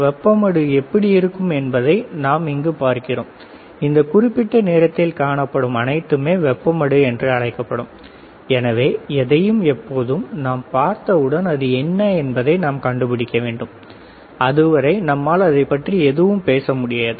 வெப்ப மடு எப்படி இருக்கும் என்பதை நாம் இங்கு பார்க்கிறோம் இந்த கருப்பு நிறத்தில் காணப்படும் அனைத்துமே வெப்ப மடு என்றழைக்கப்படும் எனவே எதையும் எப்பொழுதும் நாம் பார்த்தவுடன் அது என்ன என்பதை நாம் கண்டுபிடிக்க வேண்டும் அதுவரை நம்மால் அதைப்பற்றி எதுவும் பேச முடியாது